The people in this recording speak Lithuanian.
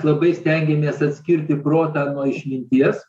labai stengiamės atskirti protą nuo išminties